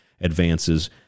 advances